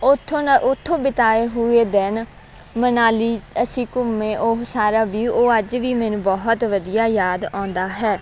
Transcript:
ਉੱਥੋਂ ਦਾ ਉੱਥੋਂ ਬਿਤਾਏ ਹੋਏ ਦਿਨ ਮਨਾਲੀ ਅਸੀਂ ਘੁੰਮੇ ਉਹ ਸਾਰਾ ਵਿਊ ਉਹ ਅੱਜ ਵੀ ਮੈਨੂੰ ਬਹੁਤ ਵਧੀਆ ਯਾਦ ਆਉਂਦਾ ਹੈ